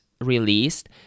released